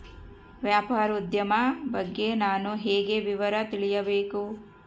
ವ್ಯಾಪಾರೋದ್ಯಮ ಬಗ್ಗೆ ನಾನು ಹೇಗೆ ವಿವರ ತಿಳಿಯಬೇಕು?